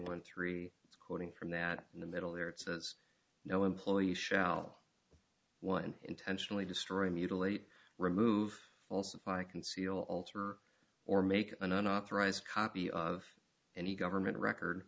one three it's quoting from that in the middle there it says no employee shall one intentionally destroy mutilate remove falsify conceal alter or make an unauthorized copy of any government record